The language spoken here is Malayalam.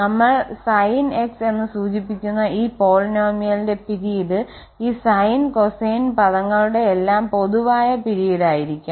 നമ്മൾ Sn എന്ന് സൂചിപ്പിക്കുന്ന ഈ പോളിനോമിയലിന്റെ പിരീഡ് ഈ സൈൻ കൊസൈൻ പദങ്ങളുടെയെല്ലാം പൊതുവായ പിരീഡായിരിക്കും